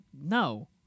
no